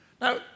Now